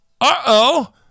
Uh-oh